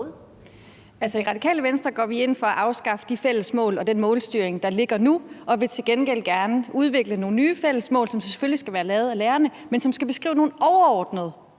i Radikale Venstre går vi ind for at afskaffe de fælles mål og den målstyring, der ligger nu, og vi vil til gengæld gerne udvikle nogle nye fælles mål, som selvfølgelig skal være lavet af lærerne, men som skal beskrive nogle overordnede